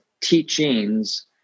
teachings